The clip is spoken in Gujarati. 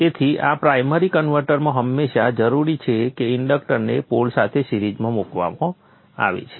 તેથી આ પ્રાઇમરી કન્વર્ટરમાં હંમેશા જરૂરી છે કે ઇન્ડક્ટરને પોલ સાથે સિરીઝમાં મૂકવામાં આવે છે